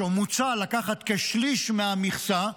או מוצע לקחת כשליש מהמכסה.